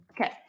Okay